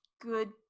good